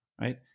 Right